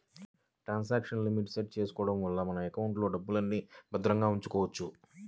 transaction limit set చేసుకోడం వల్ల మన ఎకౌంట్లో డబ్బుల్ని భద్రంగా ఉంచుకోవచ్చు